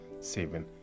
seven